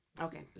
Okay